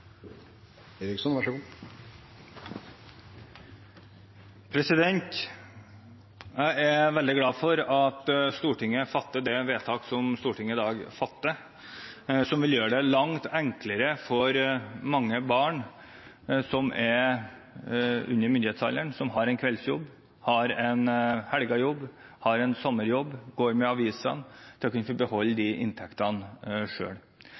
veldig glad for at Stortinget fatter det vedtaket som Stortinget i dag fatter, som vil gjøre det langt enklere for mange barn under myndighetsalder som har en kveldsjobb, en helgejobb, en sommerjobb, som går med avisene, å få beholde inntektene